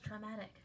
traumatic